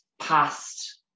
past